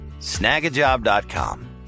Snagajob.com